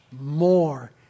more